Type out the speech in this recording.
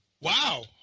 Wow